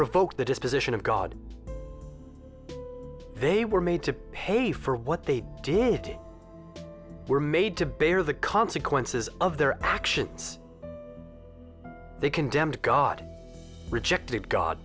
provoked the disposition of god they were made to pay for what they did were made to bear the consequences of their actions they condemned got rejected god